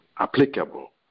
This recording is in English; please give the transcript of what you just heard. Applicable